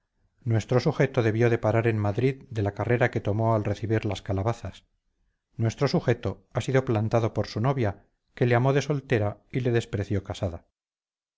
nuestro sujeto debió de parar en madrid de la carrera que tomó al recibir las calabazas nuestro sujeto ha sido plantado por su novia que le amó de soltera y le despreció casada